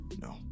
No